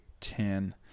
ten